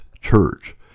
Church